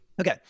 Okay